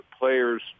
players